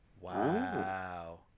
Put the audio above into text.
Wow